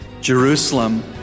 Jerusalem